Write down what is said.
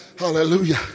Hallelujah